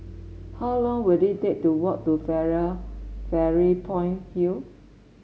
how long will it take to walk to Fairy Point Hill